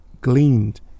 gleaned